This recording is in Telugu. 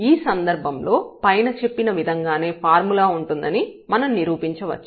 ఈ సందర్భంలో పైన చెప్పిన విధంగానే ఫార్ములా ఉంటుందని మనం నిరూపించవచ్చు